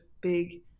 big